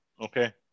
Okay